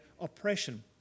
oppression